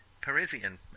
Parisian